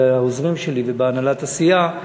זה העוזרים שלי ובהנהלת הסיעה.